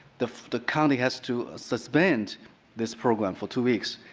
the the county had to suspend this program for two weeks.